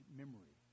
memory